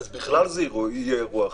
אז בכלל זה יהיה אירוע אחר,